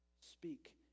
Speak